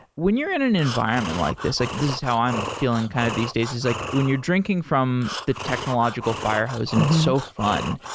when you're in an environment like this, like this is how i'm feeling kind of these days, is like when you're drinking from the technological fire hose and it's so fun,